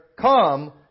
come